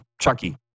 Chucky